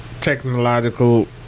technological